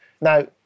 Now